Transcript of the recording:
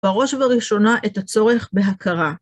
בראש ובראשונה את הצורך בהכרה.